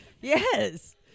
yes